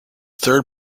third